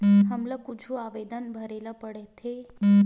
हमला कुछु आवेदन भरेला पढ़थे?